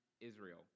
Israel